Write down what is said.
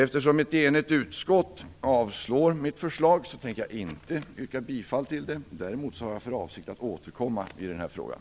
Eftersom ett enigt utskott avstyrker mitt förslag tänker jag inte yrka bifall till det. Däremot har jag för avsikt att återkomma i frågan.